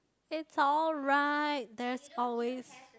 it's alright there's always